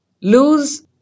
lose